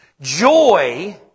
Joy